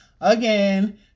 again